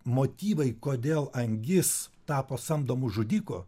motyvai kodėl angis tapo samdomu žudiku